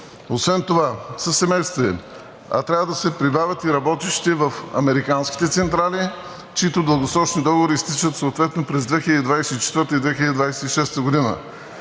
със семействата им, а трябва да се прибавят и работещите в американските централи, чиито дългосрочни договори изтичат съответно през 2024 г. и 2026 г.